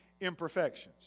imperfections